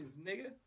nigga